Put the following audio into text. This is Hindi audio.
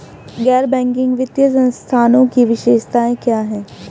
गैर बैंकिंग वित्तीय संस्थानों की विशेषताएं क्या हैं?